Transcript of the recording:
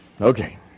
Okay